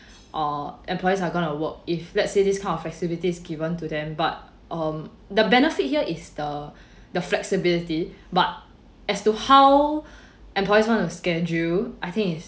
or employees are gonna work if let's say these kind of flexibilities given to them but um the benefit here is the the flexibility but as to how employees wanna schedule I think is